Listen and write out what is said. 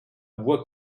bois